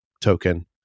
token